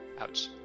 Ouch